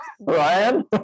Ryan